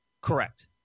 correct